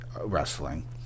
wrestling